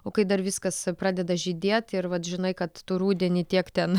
o kai dar viskas pradeda žydėt ir vat žinai kad tu rudenį tiek ten